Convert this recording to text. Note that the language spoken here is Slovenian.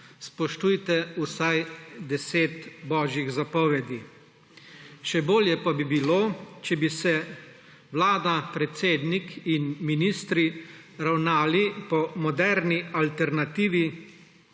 spoštujte vsaj deset božjih zapovedi. Še bolje pa bo bilo, če bi se vlada, predsednik in ministri ravnali po moderni alternativi